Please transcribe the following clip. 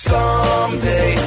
Someday